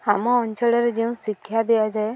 ଆମ ଅଞ୍ଚଳରେ ଯେଉଁ ଶିକ୍ଷା ଦିଆଯାଏ